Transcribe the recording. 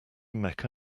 mecca